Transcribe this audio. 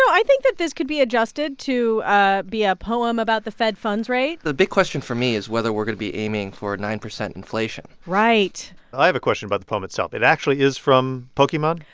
i think that this could be adjusted to ah be a poem about the fed funds rate the big question for me is whether we're going to be aiming for a nine percent inflation right i have a question about the poem itself. it actually is from pokemon?